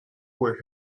were